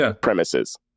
premises